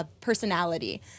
personality